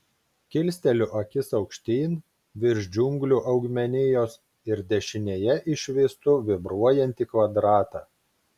kilsteliu akis aukštyn virš džiunglių augmenijos ir dešinėje išvystu vibruojantį kvadratą